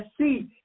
see